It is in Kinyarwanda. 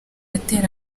atera